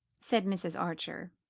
said mrs. archer.